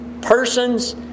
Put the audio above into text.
persons